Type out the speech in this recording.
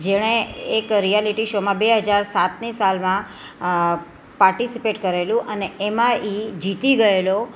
જેણે એક રીએલિટી શોમાં બે હજાર સાતની સાલમાં પાર્ટિસિપેટ કરેલું અને એમાં એ જીતી ગયેલો